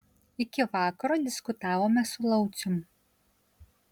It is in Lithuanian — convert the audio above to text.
iki vakaro diskutavome su laucium